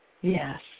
Yes